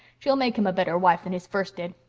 she'll make him a better wife than his first did.